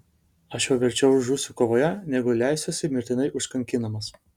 aš jau verčiau žūsiu kovoje negu leisiuosi mirtinai užkankinamas